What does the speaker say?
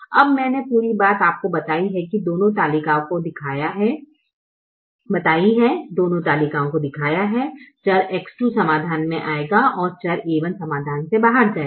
अब मैंने पूरी बात आपको बताई है दोनों तालिकाएँ को दिखाया है चर X2 समाधान में आएगा और चर a1 समाधान से बाहर जाएगा